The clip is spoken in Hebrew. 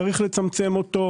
צריך לצמצם אותו,